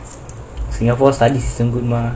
singapore study isn't good mah